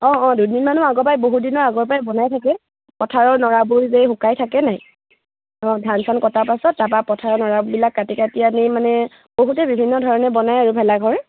অঁ অঁ দুদিনমানৰ আগৰ পৰাই বহু দিনৰ আগৰ পৰাই বনাই থাকে পথাৰৰ নৰাবোৰ যে শুকাই থাকেনে অঁ ধান চান কটাৰ পাছত তাৰপৰা পথাৰৰ নৰাবিলাক কাটি কাটি আনি মানে বহুতে বিভিন্ন ধৰণে বনায় আৰু ভেলাঘৰ